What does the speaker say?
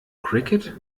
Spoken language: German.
cricket